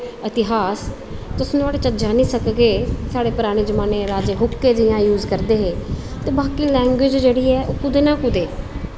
एतिहास तुस ओह्दे चा जानी सकगे साढ़े पराने जमाने दे राजे हुक्के यूस करदे हे ते बाकी लैंग्वेज़ जेह्ड़ी ऐ कुतै ना कुतै